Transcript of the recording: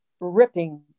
ripping